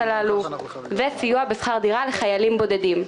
הללו וסיוע בשכר דירה לחיילים בודדים.